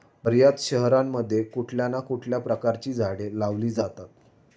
बर्याच शहरांमध्ये कुठल्या ना कुठल्या प्रकारची झाडे लावली जातात